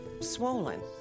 swollen